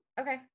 okay